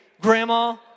Grandma